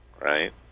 right